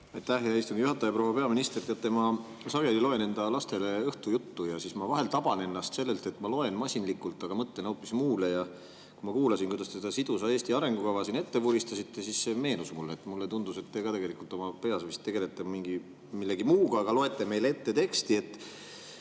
Aitäh, hea istungi juhataja! Proua peaminister! Teate, ma sageli loen enda lastele õhtujuttu ja siis ma vahel taban ennast sellelt, et ma loen masinlikult, aga mõtlen hoopis muule. Kui ma kuulasin, kuidas te seda sidusa Eesti arengukava ette vuristasite, siis see meenus mulle. Mulle tundus, et te tegelikult oma peas tegelete millegi muuga, aga loete meile teksti